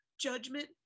judgment